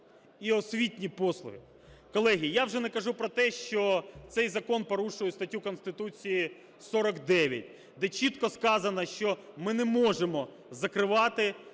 і освітні послуги. Колеги, я вже не кажу про те, що цей закон порушує статтю Конституції 49, де чітко сказано, що ми не можемо закривати